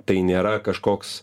tai nėra kažkoks